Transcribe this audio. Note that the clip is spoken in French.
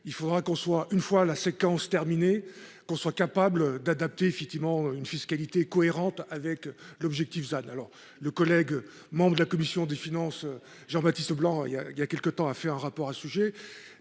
faudra qu'on soit une fois la séquence terminée qu'on soit capable d'adapter effectivement une fiscalité cohérente avec l'objectif alors le collègue, membre de la commission des finances. Jean-Baptiste Leblanc. Il y a il y a quelques temps, a fait un rapport à sujet